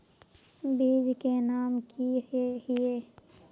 बीज के नाम की हिये?